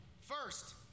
First